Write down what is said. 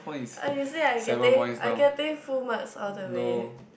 I usually I getting I getting full marks all the way eh